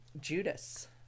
Judas